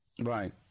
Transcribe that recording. right